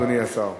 (תיקון מס' 14),